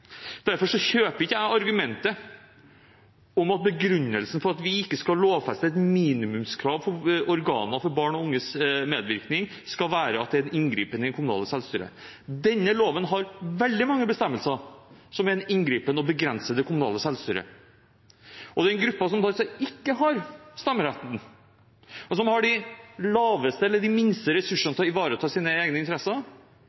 Derfor kjøper ikke jeg argumentet om at begrunnelsen for at vi ikke skal lovfeste et minimumskrav for organer til barn og unges medvirkning, er at det er en inngripen i det lokale selvstyret. Denne loven har veldig mange bestemmelser som er en inngripen, og som begrenser det kommunale selvstyret. Overfor den gruppen som da ikke har stemmerett, og som har de minste